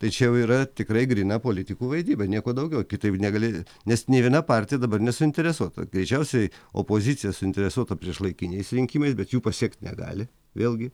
tai čia jau yra tikrai gryna politikų vaidyba nieko daugiau kitaip negali nes nė viena partija dabar nesuinteresuota greičiausiai opozicija suinteresuota priešlaikiniais rinkimais bet jų pasiekt negali vėlgi